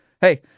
Hey